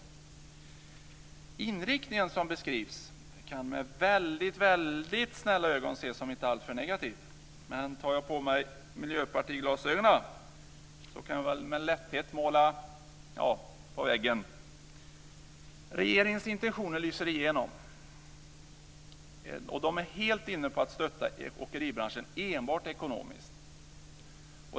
Den inriktning som beskrivs kan med väldigt snälla ögon ses som inte alltför negativ. Men tar jag på mig miljöpartiglasögonen så kan jag med lätthet måla - ja...- på väggen. Regeringen är i sina intentioner, som lyser igenom, helt inne på att stötta åkeribranschen enbart ekonomiskt.